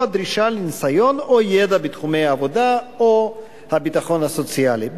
דרישה לניסיון או ידע בתחומי העבודה או הביטחון הסוציאלי.